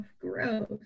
Gross